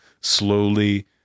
slowly